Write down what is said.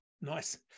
Nice